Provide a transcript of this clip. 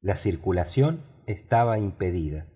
la circulación estaba impedida